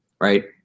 right